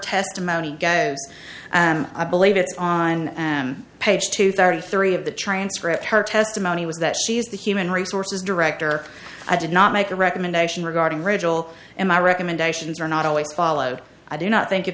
testimony goes and i believe it's on page two thirty three of the transcript her testimony was that she is the human resources director i did not make a recommendation regarding rachel and my recommendations are not always followed i do not think if